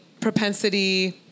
propensity